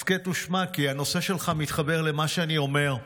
הסכת ושמע, כי הנושא שלך מתחבר למה שאני אומר.